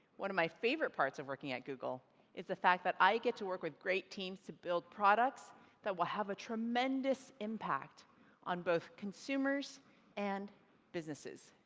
one of my favorite parts of working at google is the fact that i get to work with great teams to build products that will have a tremendous impact on both consumers and businesses.